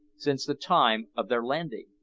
since the time of their landing.